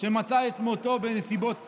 שמצא את מותו בנסיבות טרגיות.